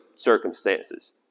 circumstances